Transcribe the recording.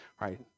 right